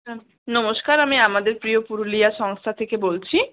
হ্যাঁ নমস্কার আমি আমাদের প্রিয় পুরুলিয়া সংস্থা থেকে বলছি